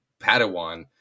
Padawan